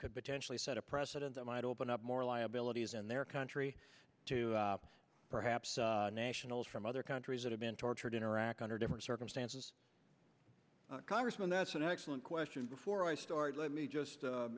could potentially set a precedent that might open up more liabilities in their country to perhaps nationals from other countries that have been tortured in iraq under different circumstances congressman that's an excellent question before i start let me just